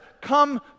Come